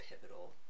pivotal